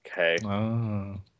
okay